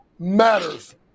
Matters